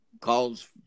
calls